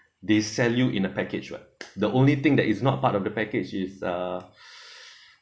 they sell you in a package what the only thing that is not part of the package is uh